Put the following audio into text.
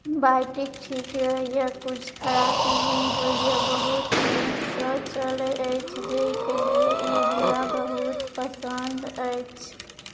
बैट्रीक ठीक रहैया किछु खरापी नहि होइया बहुत नीकसँ चलै अछि जाहिके लिए ई हमरा बहुत पसन्द अछि